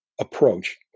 approach